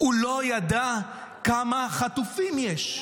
שהוא לא ידע כמה חטופים יש.